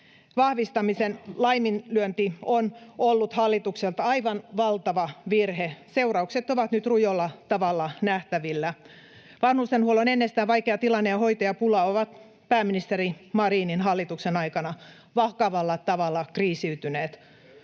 vahvistamisen laiminlyönti on ollut hallitukselta aivan valtava virhe. Seuraukset ovat nyt rujolla tavalla nähtävillä. Vanhustenhuollon ennestään vaikea tilanne ja hoitajapula ovat pääministeri Marinin hallituksen aikana vakavalla tavalla kriisiytyneet,